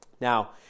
Now